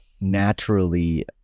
naturally